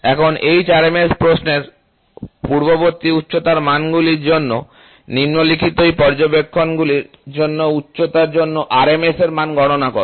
এখন hRMS প্রশ্নের পূর্ববর্তী উচ্চতার মানগুলির জন্য নিম্নলিখিত একই পর্যবেক্ষণগুলির জন্য উচ্চতার জন্য আরএমএস মান গণনা করো